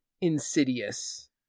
insidious